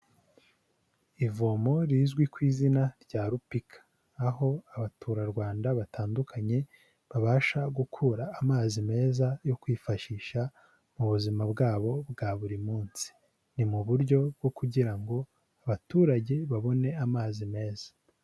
Ivomo rizwi ku izina rya rupika aho Abaturarwanda batandukanye babasha gukura amazi meza yo kwifashisha mu buzima bwabo bwa buri munsi, ni mu buryo bwo kugira ngo abaturage babone amazi meza.